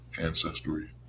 ancestry